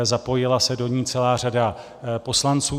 Zapojila se do ní celá řada poslanců.